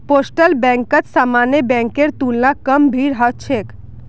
postal बैंकत सामान्य बैंकेर तुलना कम भीड़ ह छेक